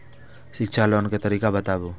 शिक्षा लोन के तरीका बताबू?